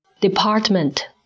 department